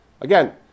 Again